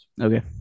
Okay